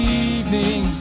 evening